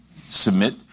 Submit